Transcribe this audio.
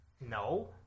No